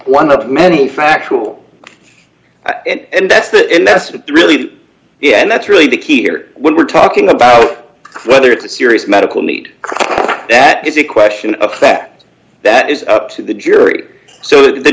one of many factual i and that's that and that's what really yeah and that's really the key here when we're talking about whether it's a serious medical need that is a question of that that is up to the jury so the